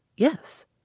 Yes